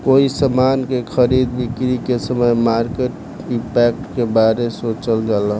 कोई समान के खरीद बिक्री के समय मार्केट इंपैक्ट के बारे सोचल जाला